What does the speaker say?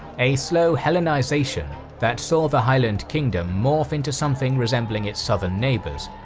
a slow hellenization that saw the highland kingdom morph into something resembling its southern neighbours,